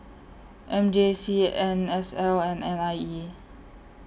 M J C N S L and N I E